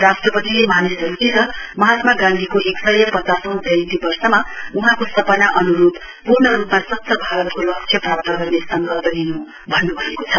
राष्ट्रपतिले मानिसहरूमा महात्मा गान्धीको एकसय पचासौं जयन्ती वर्षमा वहाँको सपना अन्रूप पूर्ण रूपमा स्वच्छ भारतको लक्ष्य प्राप्त गर्ने सङ्कल्प लिन् भन्न् भएको छ